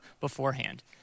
beforehand